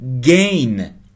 gain